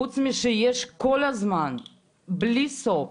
חוץ משיש כל הזמן בלי סוף,